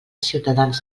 ciutadans